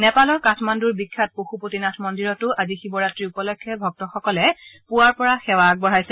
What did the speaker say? নেপালৰ কাঠমাণ্ডৰ বিখ্যাত পশুপতিনাথ মন্দিৰতো আজি শিৱৰাত্ৰি উপলক্ষে ভক্তসকলে পুৱাৰে পৰা সেৱা আগবঢ়াইছে